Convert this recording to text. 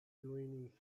doing